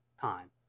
time